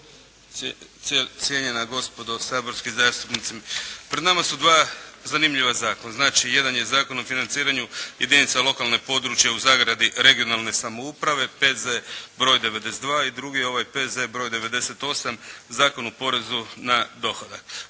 cijenjena gospodo saborski zastupnici. Pred nama su dva zanimljiva zakona. Znači, jedan je Zakon o financiranju jedinica lokalne, područne (regionalne) samouprave, P.Z. br. 92 i drugi je ovaj P.Z. br. 98. Zakon o porezu na dohodak.